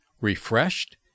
refreshed